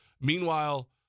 Meanwhile